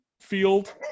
field